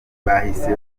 bahise